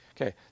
Okay